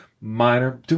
minor